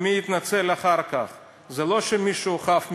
ומי התנצל אחר כך, זה לא שמישהו חף מטעויות,